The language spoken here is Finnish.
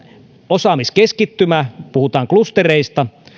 osaamiskeskittymä puhutaan klustereista